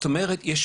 זאת אומרת, יש